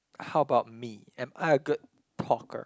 how about me am I a good talker